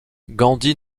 gandhi